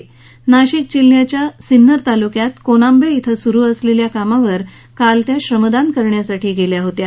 त्या काल नाशिक जिल्ह्याच्या सिन्नर तालुक्यात कोनांबे धिं सुरू असलेल्या कामावर श्रमदान करण्यासाठी गेल्या होत्या